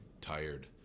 tired